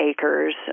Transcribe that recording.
acres